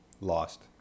Lost